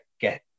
get